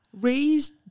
Raised